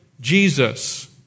Jesus